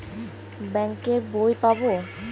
Bank এর বই পাবো?